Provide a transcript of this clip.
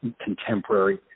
contemporary